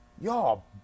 Y'all